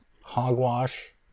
hogwash